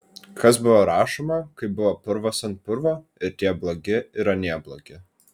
kas buvo rašoma kai buvo purvas ant purvo ir tie blogi ir anie blogi